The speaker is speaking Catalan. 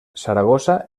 saragossa